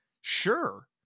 Sure